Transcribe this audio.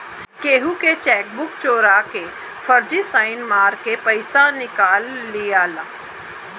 केहू के चेकबुक चोरा के फर्जी साइन मार के पईसा निकाल लियाला